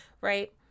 Right